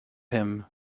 him